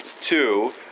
Two